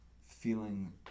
feeling